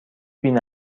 بین